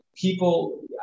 people –